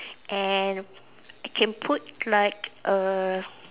and can put like a